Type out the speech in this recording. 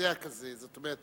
מזעזע כזה, זאת אומרת